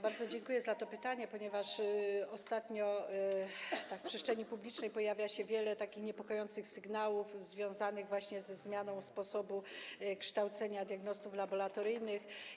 Bardzo dziękuję za to pytanie, ponieważ ostatnio w przestrzeni publicznej pojawia się wiele niepokojących sygnałów związanych ze zmianą sposobu kształcenia diagnostów laboratoryjnych.